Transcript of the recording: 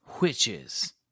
Witches